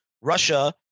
Russia